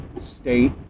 state